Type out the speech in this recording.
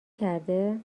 کرده